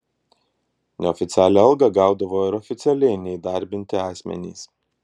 neoficialią algą gaudavo ir oficialiai neįdarbinti asmenys